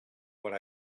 what